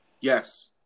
Yes